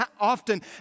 often